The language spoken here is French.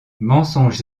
mensonges